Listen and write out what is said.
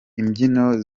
imbyino